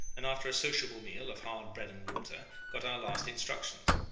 and, after a sociable meal of hard bread and water, got our last instructions.